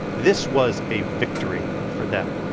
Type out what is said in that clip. this was a victory for them.